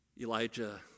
Elijah